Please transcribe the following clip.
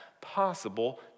possible